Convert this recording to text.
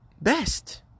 best